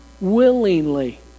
willingly